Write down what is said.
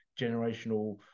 generational